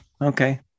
okay